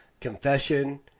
confession